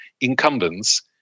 incumbents